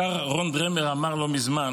השר רון דרמר אמר לא מזמן